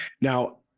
Now